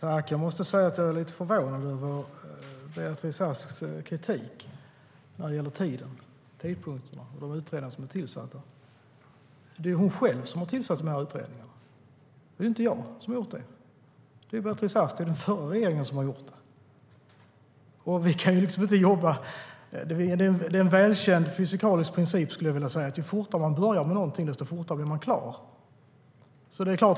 Herr talman! Jag måste säga att jag är lite förvånad över Beatrice Asks kritik när det gäller tidpunkterna och de utredningar som är tillsatta. Det är hon själv som har tillsatt utredningarna. Det är inte jag som har gjort det. Det är Beatrice Ask och den förra regeringen som gjort det. Det är en välkänd fysikalisk princip, skulle jag vilja säga, att ju fortare man börjar med någonting desto fortare blir man klar.